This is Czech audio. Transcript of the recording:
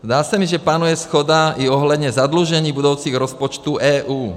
Zdá se mi, že panuje shoda i ohledně zadlužení budoucích rozpočtů EU.